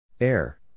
Air